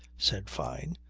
said fyne,